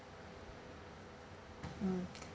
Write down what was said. mm